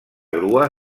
grua